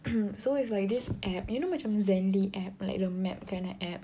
so it's like this app you know macam Zenly app like the map kind of app